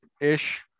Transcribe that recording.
Ish